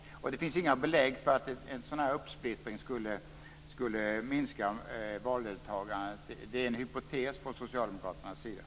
Det finns heller inga belägg för att en sådan här splittring skulle minska valdeltagandet. Det är en hypotes från socialdemokraternas sida.